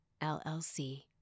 LLC